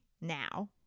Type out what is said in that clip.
now